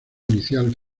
inicial